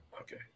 Okay